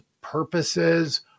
purposes